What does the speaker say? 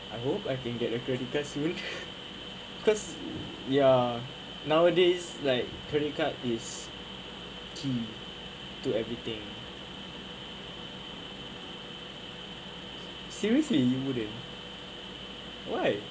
I hope I can get a credit card soon because ya nowadays like credit card is key to everything seriously you wouldn't why